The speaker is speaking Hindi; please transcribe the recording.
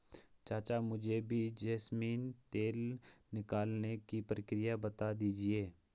चाचा मुझे भी जैस्मिन तेल निकालने की प्रक्रिया बता दीजिए